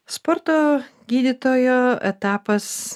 sporto gydytojo etapas